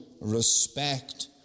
respect